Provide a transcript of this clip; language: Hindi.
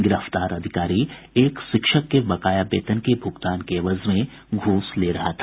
गिरफ्तार अधिकारी एक शिक्षक के बकाया वेतन के भुगतान के एवज में घूस ले रहा था